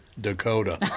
Dakota